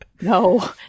no